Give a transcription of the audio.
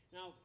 Now